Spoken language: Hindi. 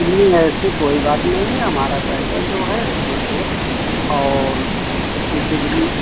नहीं ऐसी कोई बात नहीं है हमारा ड्राईवर जो है एकदम सेफ और डिग्री